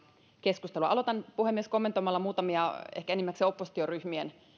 keskustelua aloitan puhemies kommentoimalla muutamia ehkä enimmäkseen oppositioryhmien